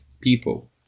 people